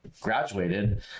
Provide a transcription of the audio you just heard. graduated